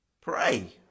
Pray